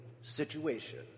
situation